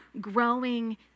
growing